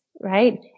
right